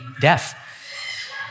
death